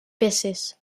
peces